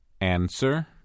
Answer